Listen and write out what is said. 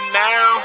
now